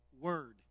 Word